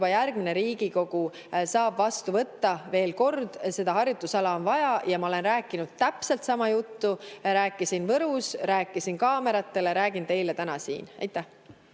järgmine Riigikogu. Veel kord, seda harjutusala on vaja ja ma olen rääkinud täpselt sama juttu: rääkisin Võrus, rääkisin kaameratele ja räägin teile täna siin. Aitäh!